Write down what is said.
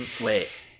Wait